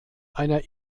einer